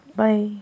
bye